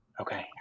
Okay